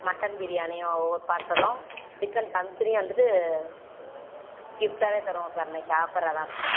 mutton பிரியாணியும் ஒரு பார்சலும் சிக்கன் தந்துரியும் வந்துட்டு கிஃப்ட்டாகவே தருவோம் சார் இன்னைக்கு ஆஃபர் அதுதான் சார்